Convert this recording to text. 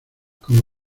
como